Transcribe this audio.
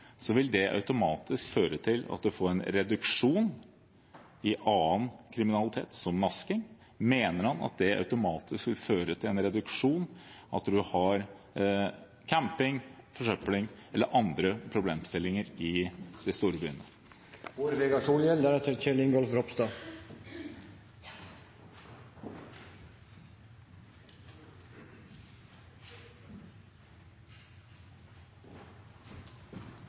Så har jeg et spørsmål til statsråden: Mener han at det å forby tigging automatisk vil føre til at vi får en reduksjon i annen kriminalitet som nasking, og mener han at det automatisk vil føre til en reduksjon av camping, forsøpling eller andre problemstillinger i de store byene?